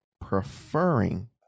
preferring